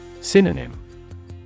Synonym